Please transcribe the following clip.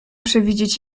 przewidzieć